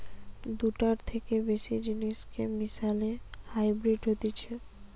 দুটার থেকে বেশি জিনিসকে মিশালে হাইব্রিড হতিছে